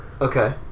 Okay